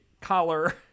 collar